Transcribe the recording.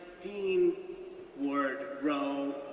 esteemed ward roe,